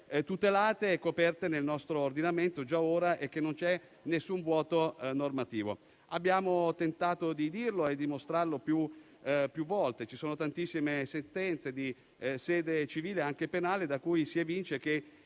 coperte già ora dal nostro ordinamento e non c'è alcun vuoto normativo. Abbiamo tentato di dirlo e dimostrarlo più volte. Ci sono tantissime sentenze di sede civile e anche penale da cui si evince che